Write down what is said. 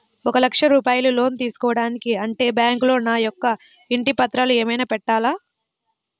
ఒక లక్ష రూపాయలు లోన్ తీసుకోవాలి అంటే బ్యాంకులో నా యొక్క ఇంటి పత్రాలు ఏమైనా పెట్టాలా?